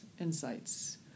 insights